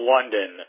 London